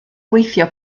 gweithio